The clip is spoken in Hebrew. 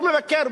הוא מבקר,